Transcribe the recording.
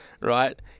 right